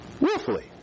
willfully